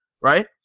right